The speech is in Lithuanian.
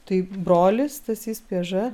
tai brolis stasys pieža